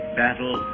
battle